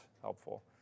helpful